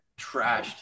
trashed